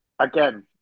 Again